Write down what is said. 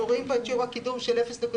אנחנו רואים פה את שיעור הקידום של 0.667%,